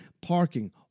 parking